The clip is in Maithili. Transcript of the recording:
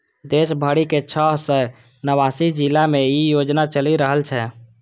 देश भरिक छह सय नवासी जिला मे ई योजना चलि रहल छै